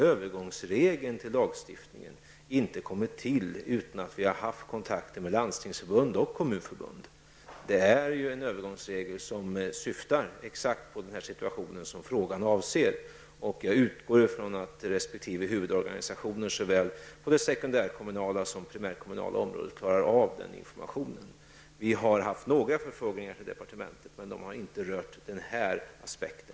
Övergångsregeln i lagstiftningen har naturligtvis inte kommit till utan att vi har haft kontakt med landstings och kommunförbunden. Övergångsregeln syftar ju exakt på den situation som frågan avser. Jag utgår ifrån att resp. huvudorganisationer på såväl det sekundärkommunala som det primärkommunala området klarar av den informationen. Vi har fått några förfrågningar till departementet, men de har inte rört den här aspekten.